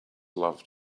love